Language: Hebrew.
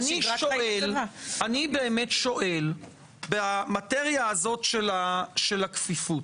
אני שואל, במטריה הזאת של הכפיפות,